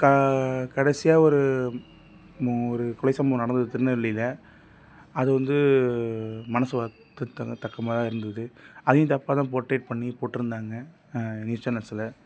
க கடைசியாக ஒரு மு ஒரு கொலை சம்பவம் நடந்தது திருநெல்வேலியில் அது வந்து மனது வருத்தக்தக்க தக்கமாக தான் இருந்தது அதையும் தப்பாக தான் போட்ரேட் பண்ணி போட்டிருந்தாங்க நியூஸ் சேனல்ஸில்